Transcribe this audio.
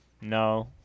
no